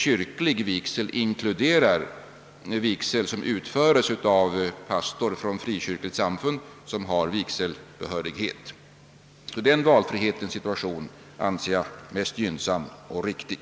Kyrklig vigsel inkluderar vigsel som utföres av pastor från frikyrkligt samfund vilken har vigselbehörighet. Denna valfrihetssituation anser jag gynnsam och riktig.